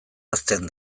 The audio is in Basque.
ahazten